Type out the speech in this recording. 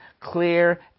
clear